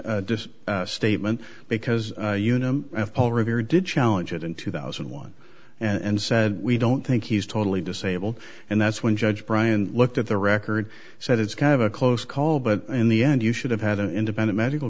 dissed statement because unum of paul revere did challenge it in two thousand and one and said we don't think he's totally disabled and that's when judge brian looked at the record said it's kind of a close call but in the end you should have had an independent medical